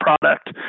product